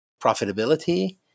profitability